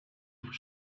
for